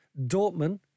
Dortmund